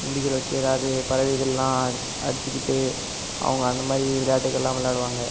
உண்டிகோலை வெச்சு எதவாது பறவைகள்லாம் அடித்திக்கிட்டு அவங்க அந்த மாதிரி விளையாட்டுகளாம் விளையாடுவாங்க